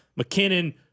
McKinnon